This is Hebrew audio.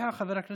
אחריה, חבר הכנסת